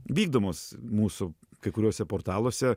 vykdomos mūsų kai kuriuose portaluose